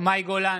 מאי גולן,